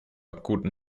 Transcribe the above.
guten